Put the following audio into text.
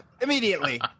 immediately